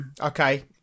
Okay